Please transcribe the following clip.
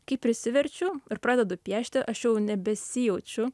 kai prisiverčiu ir pradedu piešti aš jau nebesijaučiu